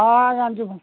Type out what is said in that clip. ହଁ ଆଜ୍ଞା ଯିବୁ